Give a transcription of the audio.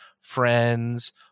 friends